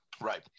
Right